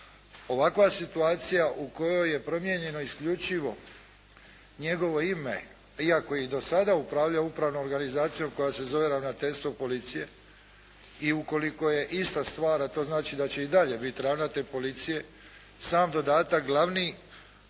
Ovakva situacija u kojoj je promijenjeno isključivo njegovo ime, iako je i do sada upravljao upravnom organizacijom koja se zove ravnateljstvo policije. I ukoliko je ista stvar, a to znači da će i dalje biti ravnatelj policije sam dodatak glavni,